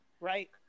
Right